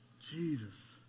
Jesus